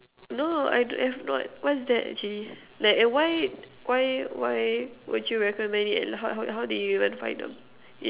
no I don't have not what's that actually that why why why would you recommend it and how how how did you even find them it